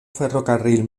ferrocarril